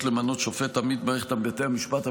למנות שופט עמית במערכת בתי המשפט.